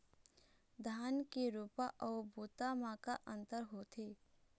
धन के रोपा अऊ बोता म का अंतर होथे?